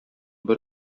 бер